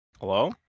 Hello